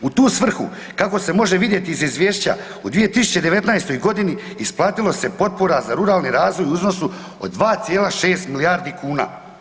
U tu svrhu kako se može vidjeti iz izvješća u 2019.-toj godini isplatilo se potpora za ruralni razvoj u iznosu od 2,6 milijardi kuna.